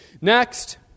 Next